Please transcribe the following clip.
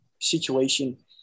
situation